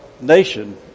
nation